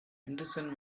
henderson